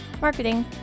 marketing